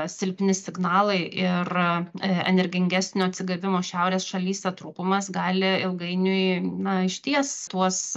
silpni signalai ir energingesnio atsigavimo šiaurės šalyse trūkumas gali ilgainiui na išties tuos